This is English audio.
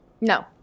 No